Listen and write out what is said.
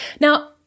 Now